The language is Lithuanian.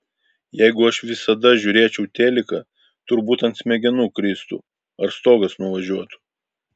jeigu aš visada žiūrėčiau teliką turbūt ant smegenų kristų ar stogas nuvažiuotų